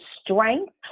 strength